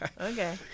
okay